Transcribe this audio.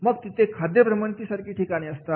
मग तिथे खाद्यभ्रमंती सारखी ठिकाणे असतात